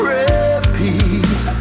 repeat